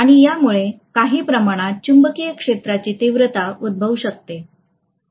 आणि यामुळे काही प्रमाणात चुंबकीय क्षेत्राची तीव्रता उद्भवू शकते